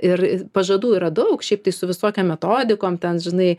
ir pažadų yra daug šiaip tai su visokiom metodikom ten žinai